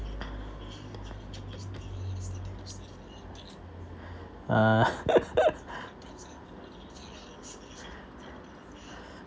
uh